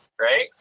right